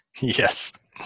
Yes